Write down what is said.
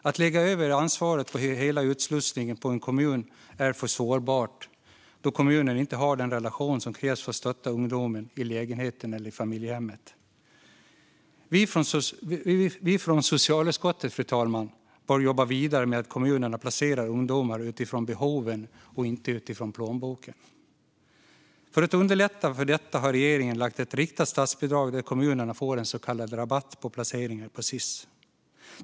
Att lägga över ansvaret för hela utslussningen på kommunen är för sårbart, då kommunen inte har den relation som krävs för att stötta ungdomen i lägenheten eller i familjehemmet. Fru talman! Vi i socialutskottet bör jobba vidare med att kommunerna ska placera ungdomar utifrån behoven och inte utifrån plånboken. För att underlätta detta har regeringen lagt ett riktat statsbidrag där kommunerna får en så kallad rabatt för placeringar hos Sis.